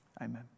Amen